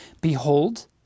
Behold